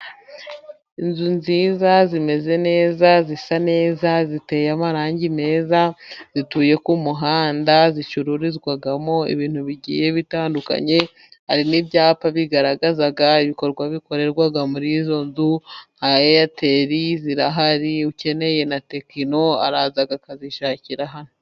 Inzu nziza zimeze neza, zisa neza ,ziteye amarangi meza zituye ku muhanda, zicururizwamo ibintu bigiye bitandukanye. Hari n'ibyapa bigaragaza ibikorwa bikorerwa muri izo nzu, nka eyateri zirahari ,ukeneye na tekino araza akazishakira hano.